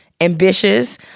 ambitious